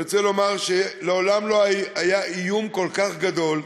אני רוצה לומר שמעולם לא היה איום כל כך גדול,